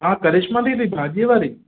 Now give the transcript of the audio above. हा करिश्मा दीदी भाॼीअ वारी